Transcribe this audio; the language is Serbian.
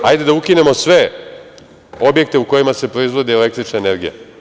Hajde da ukinemo sve objekte u kojima se proizvodi električna energija.